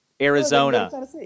Arizona